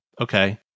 Okay